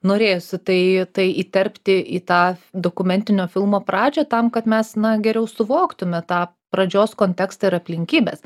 norėjosi tai tai įterpti į tą dokumentinio filmo pradžią tam kad mes na geriau suvoktume tą pradžios kontekstą ir aplinkybes